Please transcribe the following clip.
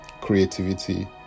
creativity